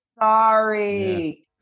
sorry